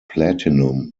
platinum